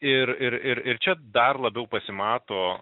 ir ir ir ir čia dar labiau pasimato